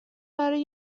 برای